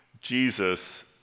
Jesus